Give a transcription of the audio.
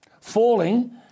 falling